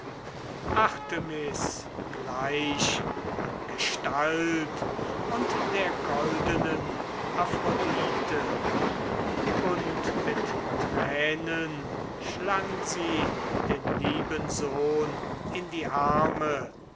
artemis gleich an gestalt und der goldenen aphrodite und mit tränen schlang sie den lieben sohn in die arme